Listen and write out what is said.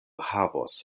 havos